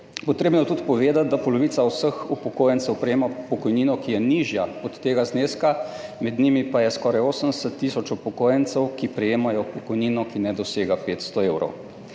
Treba je tudi povedati, da polovica vseh upokojencev prejema pokojnino, ki je nižja od tega zneska, med njimi pa je skoraj 80 tisoč upokojencev, ki prejemajo pokojnino, ki ne dosega 500 evrov.